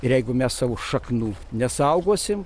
ir jeigu mes savo šaknų nesaugosim